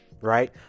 right